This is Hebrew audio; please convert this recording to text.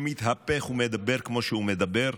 שמתהפך ומדבר כמו שהוא מדבר,